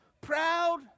proud